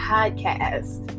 Podcast